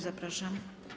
Zapraszam.